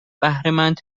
بهرهمند